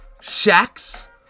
shacks